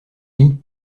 lit